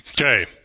Okay